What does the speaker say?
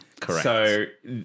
Correct